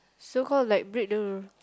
so call like break the rule